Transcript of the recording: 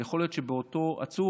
אבל יכול להיות שאותו עצור,